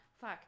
fuck